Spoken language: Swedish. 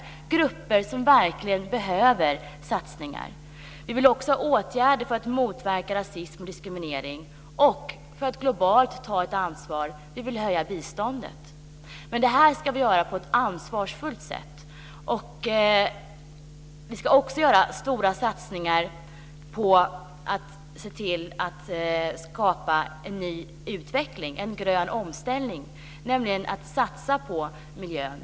Det är grupper som verkligen behöver satsningar. Vi vill också ha åtgärder för att motverka rasism och diskriminering. Dessutom vill vi ta ett globalt ansvar och höja biståndet. Men vi ska göra detta på ett ansvarsfullt sätt. Vi ska också göra stora satsningar på en ny utveckling, en grön omställning. Vi måste satsa på miljön.